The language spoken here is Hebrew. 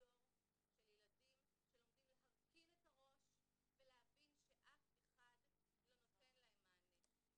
דור של ילדים שלומדים להרכין את הראש ולהבין שאף אחד לא נותן להם מענה.